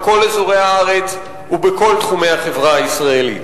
בכל אזורי הארץ ובכל תחומי החברה הישראלית.